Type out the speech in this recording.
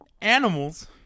animals